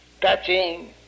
touching